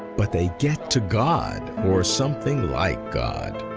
but they get to god or something like god.